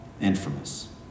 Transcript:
infamous